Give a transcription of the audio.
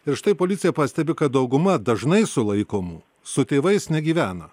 ir štai policija pastebi kad dauguma dažnai sulaikomų su tėvais negyvena